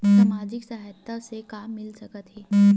सामाजिक सहायता से का मिल सकत हे?